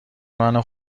منو